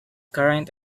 current